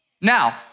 Now